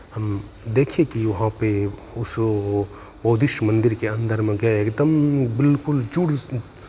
हम देखे कि वहाँ पे उस वो बुद्धिस्ट मन्दिर के अन्दर में गए एकदम बिलकुल जुड़